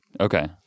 Okay